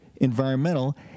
environmental